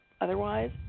otherwise